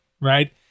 right